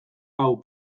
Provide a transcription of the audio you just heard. hau